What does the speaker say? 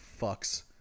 fucks